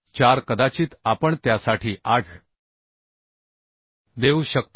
4 कदाचित आपण त्यासाठी 8 देऊ शकतो